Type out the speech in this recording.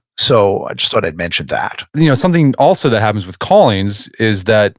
so i just thought i'd mentioned that you know something also that happens with callings is that